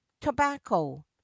tobacco